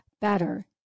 better